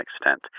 extent